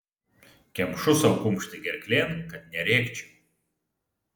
kemšu sau kumštį gerklėn kad nerėkčiau